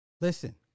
Listen